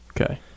Okay